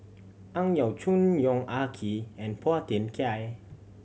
Ang Yau Choon Yong Ah Kee and Phua Thin Kiay